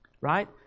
right